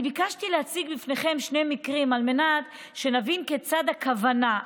אני ביקשתי להציג בפניכם שני מקרים על מנת שנבין כיצד הכוונה,